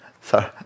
sorry